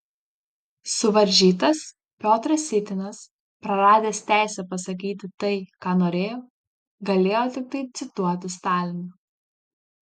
suvaržytas piotras sytinas praradęs teisę pasakyti tai ką norėjo galėjo tiktai cituoti staliną